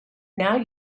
now